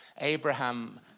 Abraham